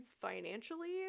financially